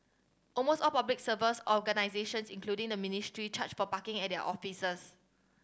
almost all Public Service organisations including the ministry charge for parking at their offices